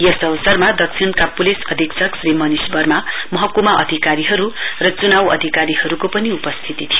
यस अवसरमा दक्षिण पुलिस अधीक्षकश्री मनिश वर्मा महकुमा अधिकारीहरु र चुनाउ अधिकारीहरुको पनि उपस्थिती थियो